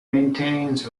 maintains